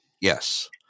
yes